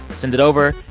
send it over.